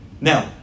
Now